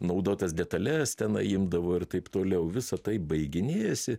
naudotas detales tenai imdavo ir taip toliau visa tai baiginėjasi